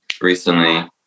recently